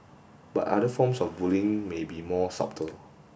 but other forms of bullying may be more subtle